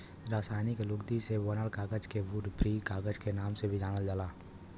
रासायनिक लुगदी से बनल कागज के वुड फ्री कागज क नाम से भी जानल जाला